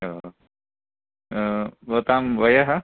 भवतां वयः